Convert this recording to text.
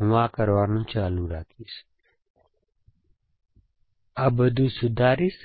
હું આ કરવાનું ચાલુ રાખીશ આ બધું સુધારીશ